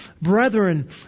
Brethren